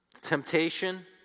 Temptation